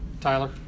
Tyler